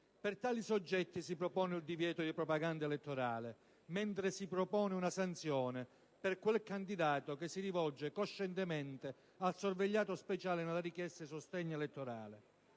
Per tali soggetti si propone il divieto di propaganda elettorale, mentre si propone una sanzione per quel candidato che si rivolge coscientemente al sorvegliato speciale nella richiesta di sostegno elettorale.